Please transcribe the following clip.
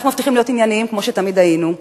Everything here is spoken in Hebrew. אנחנו מבטיחים להיות ענייניים כמו שתמיד היינו.